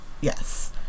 yes